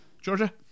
Georgia